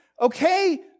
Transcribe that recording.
okay